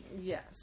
yes